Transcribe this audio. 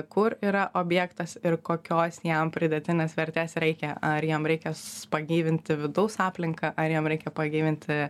kur yra objektas ir kokios jam pridėtinės vertės reikia ar jam reikia ss pagyvinti vidaus aplinką ar jam reikia pagyvinti